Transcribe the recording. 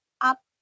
up